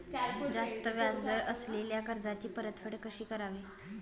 जास्त व्याज दर असलेल्या कर्जाची परतफेड कशी करावी?